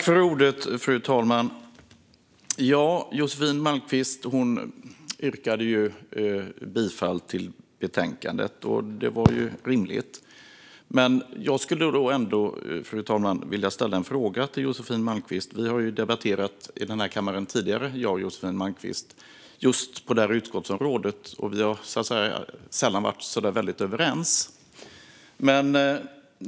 Fru talman! Josefin Malmqvist yrkade bifall till utskottets förslag i betänkandet, och det var ju rimligt. Men jag skulle ändå vilja ställa en fråga till Josefin Malmqvist. Hon och jag har ju debatterat det här utgiftsområdet i denna kammare tidigare, och vi har sällan varit så där väldigt överens.